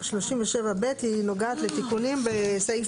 (37)(ב) היא נוגעת לתיקונים בסעיף